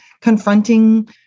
confronting